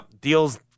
deal's